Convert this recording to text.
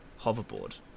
hoverboard